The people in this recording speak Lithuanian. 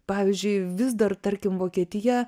pavyzdžiui vis dar tarkim vokietija